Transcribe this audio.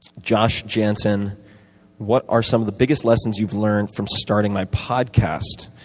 josh jansen what are some of the biggest lessons you've learned from starting my podcast?